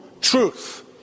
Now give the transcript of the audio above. truth